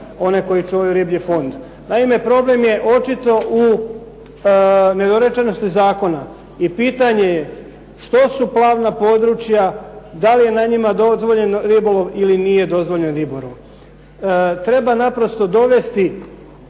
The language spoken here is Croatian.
one koji čuvaju riblji fond. Naime, problem je očito u nedorečenosti zakona i pitanje je što su plavna područja, da li je na njima dozvoljen ribolov ili nije dozvoljen ribolov. Treba naprosto dovesti